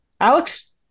Alex